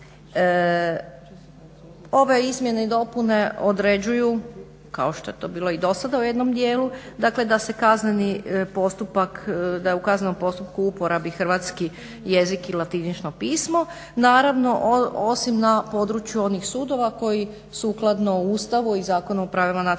ove izmjene i dopune određuju kao što je to bilo i do sada u jednom dijelu da u kaznenom postupku u uporabi hrvatski jezik i latinično pismo, naravno osim na području onih sudova koji sukladno Ustavu i Zakonu o pravima nacionalnih